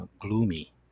gloomy